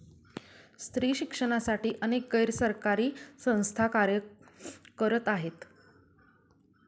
स्त्री शिक्षणासाठी अनेक गैर सरकारी संस्था कार्य करत आहेत